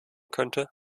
könnte